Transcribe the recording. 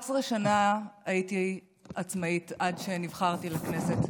11 שנה הייתי עצמאית, עד שנבחרתי לכנסת,